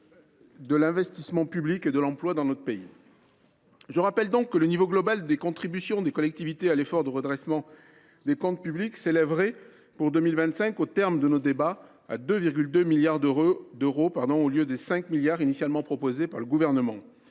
de l’investissement public et de l’emploi dans notre pays. Le niveau global des contributions des collectivités à l’effort de redressement des comptes publics s’élèverait pour 2025, au terme de nos débats, à 2,2 milliards d’euros, au lieu des 5 milliards d’euros initialement proposés par le Gouvernement.